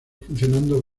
funcionando